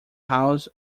house